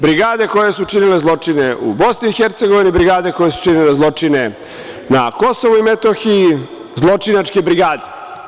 Brigade koje su činile zločine u BiH, brigade koje su činile zločine na KiM, zločinačke brigade.